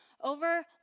Over